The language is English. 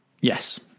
yes